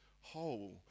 whole